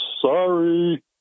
Sorry